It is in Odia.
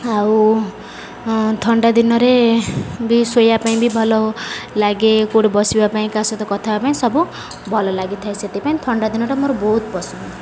ଆଉ ଥଣ୍ଡା ଦିନରେ ବି ଶୋଇବା ପାଇଁ ବି ଭଲ ଲାଗେ କେଉଁଠି ବସିବା ପାଇଁ କାହା ସହିତ କଥା ହେବା ପାଇଁ ସବୁ ଭଲ ଲାଗିଥାଏ ସେଥିପାଇଁ ଥଣ୍ଡା ଦିନଟା ମୋର ବହୁତ ପସନ୍ଦ